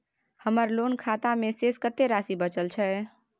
हमर लोन खाता मे शेस कत्ते राशि बचल छै?